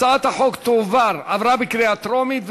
הצעת החוק עברה בקריאה טרומית,